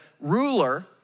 ruler